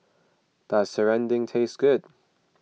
does Serunding taste good